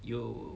you